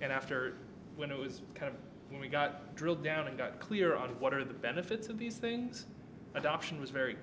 and after when it was kind of when we got drilled down and got clear on what are the benefits of these things adoption was very